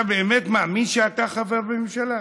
אתה באמת מאמין שאתה חבר בממשלה?